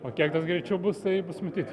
o kiek tas greičiau bus tai bus matyt